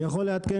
פנינו.